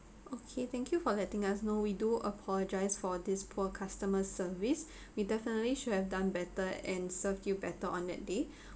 okay thank you for letting us know we do apologise for this poor customer service we definitely should have done better and serve you better on that day